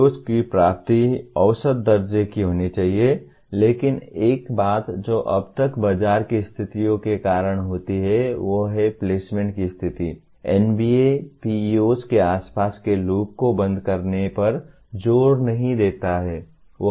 PEOs की प्राप्ति औसत दर्जे की होनी चाहिए लेकिन एक बात जो अब तक बाजार की स्थितियों के कारण होती है वह है प्लेसमेंट की स्थिति NBA PEOs के आसपास के लूप को बंद करने पर जोर नहीं देता है